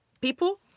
people